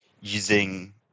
using